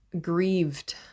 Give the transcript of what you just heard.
grieved